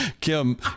Kim